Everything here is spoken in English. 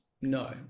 no